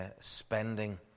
spending